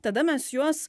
tada mes juos